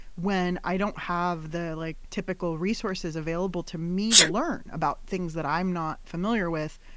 when i don't have the like typical resources available to me to learn about things that i'm not familiar with,